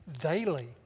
daily